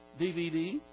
DVD